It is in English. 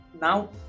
now